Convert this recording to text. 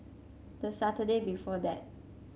the Saturday before that